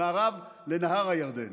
ממערב לנהר הירדן.